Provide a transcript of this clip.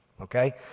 okay